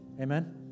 Amen